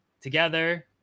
together